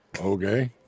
Okay